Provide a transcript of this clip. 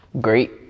Great